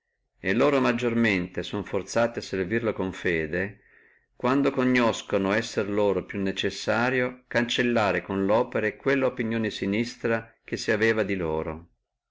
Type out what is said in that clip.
e loro maggiormente sono forzati a servirlo con fede quanto conoscano esser loro più necessario cancellare con le opere quella opinione sinistra che si aveva di loro